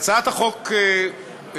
הצעת החוק הזאת